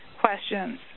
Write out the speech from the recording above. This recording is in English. questions